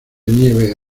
nieves